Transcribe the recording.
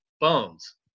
bones